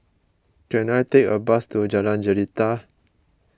can I take a bus to Jalan Jelita